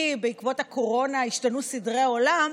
כי בעקבות הקורונה השתנו סדרי עולם,